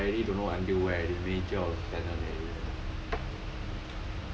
then I really don't know until where already major or lieutenant already